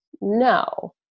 no